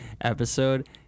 episode